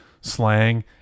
slang